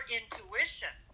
intuition